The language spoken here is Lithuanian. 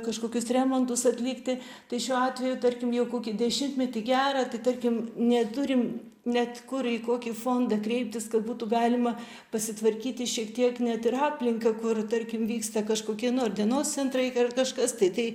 kažkokius remontus atlikti tai šiuo atveju tarkim jau kokį dešimtmetį gerą tai tarkim neturim net kur į kokį fondą kreiptis kad būtų galima pasitvarkyti šiek tiek net ir aplinką kur tarkim vyksta kažkokie nu ar dienos centrai ir kažkas tai tai